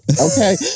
Okay